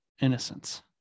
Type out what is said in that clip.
innocence